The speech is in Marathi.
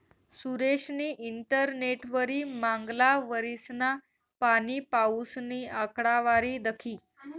सुरेशनी इंटरनेटवरी मांगला वरीसना पाणीपाऊसनी आकडावारी दखी